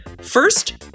First